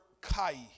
kai